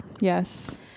Yes